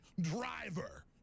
driver